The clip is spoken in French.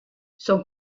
son